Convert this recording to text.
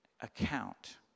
account